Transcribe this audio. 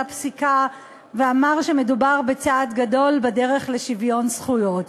הפסיקה ואמר שמדובר בצעד גדול בדרך לשוויון זכויות.